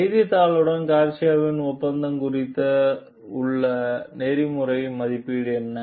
செய்தித்தாளுடன் கார்சியாவின் ஒப்பந்தம் குறித்த உங்கள் நெறிமுறை மதிப்பீடு என்ன